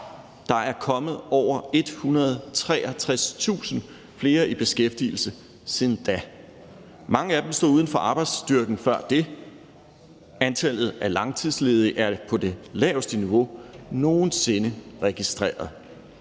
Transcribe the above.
Der er kommet over 163.000 flere i beskæftigelse siden da. Mange af dem stod uden for arbejdsstyrken før det. Antallet af langtidsledige er på det laveste niveau, der nogen sinde er registreret,